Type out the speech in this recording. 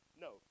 No